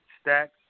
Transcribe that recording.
stacks